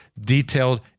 detailed